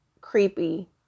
creepy